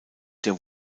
der